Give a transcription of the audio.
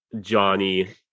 Johnny